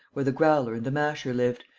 where the growler and the masher lived,